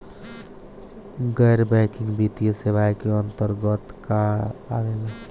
गैर बैंकिंग वित्तीय सेवाए के अन्तरगत का का आवेला?